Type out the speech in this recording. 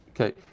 okay